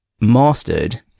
mastered